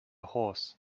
horse